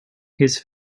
his